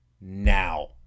now